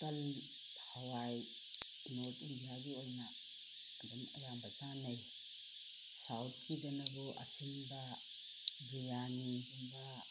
ꯇꯜ ꯍꯋꯥꯏ ꯅꯣꯔꯠ ꯏꯟꯗꯤꯌꯥꯒꯤ ꯑꯣꯏꯅ ꯑꯗꯨꯝ ꯑꯌꯥꯝꯕ ꯆꯥꯅꯩ ꯁꯥꯎꯠꯀꯤꯗꯅꯕꯨ ꯑꯁꯤꯟꯕ ꯕꯤꯔꯌꯥꯅꯤꯒꯨꯝꯕ